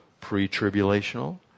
pre-tribulational